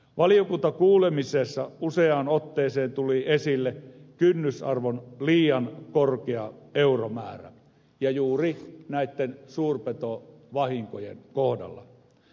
valiokuntakuulemisessa useaan otteeseen tuli esille kynnysarvon liian korkea euromäärä ja juuri näitten suurpetovahinkojen kohdalla